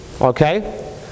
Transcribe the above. okay